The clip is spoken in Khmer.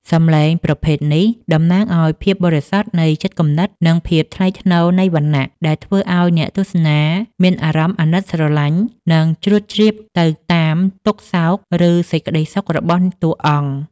សំឡេងប្រភេទនេះតំណាងឱ្យភាពបរិសុទ្ធនៃចិត្តគំនិត និងភាពថ្លៃថ្នូរនៃវណ្ណៈ ដែលធ្វើឱ្យអ្នកទស្សនាមានអារម្មណ៍អាណិតស្រឡាញ់ និងជ្រួតជ្រាបទៅតាមទុក្ខសោក ឬសេចក្តីសុខរបស់តួអង្គ។